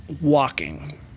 walking